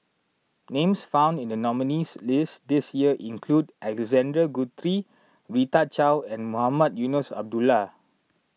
names found in the nominees' list this year include Alexander Guthrie Rita Chao and Mohamed Eunos Abdullah